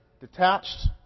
detached